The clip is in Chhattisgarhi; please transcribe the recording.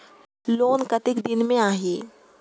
लोन कतेक दिन मे आही?